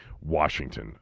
Washington